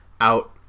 out